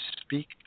speak